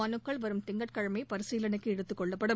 மனுக்கள் வரும் திங்கட்கிழமை பரிசீலனைக்கு எடுத்துக் கொள்ளப்படும்